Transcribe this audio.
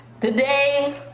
Today